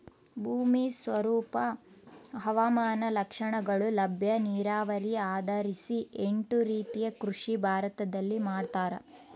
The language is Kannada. ಭೂಮಿ ಸ್ವರೂಪ ಹವಾಮಾನ ಲಕ್ಷಣಗಳು ಲಭ್ಯ ನೀರಾವರಿ ಆಧರಿಸಿ ಎಂಟು ರೀತಿಯ ಕೃಷಿ ಭಾರತದಲ್ಲಿ ಮಾಡ್ತಾರ